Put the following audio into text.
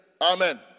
Amen